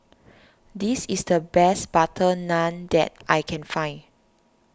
this is the best Butter Naan that I can find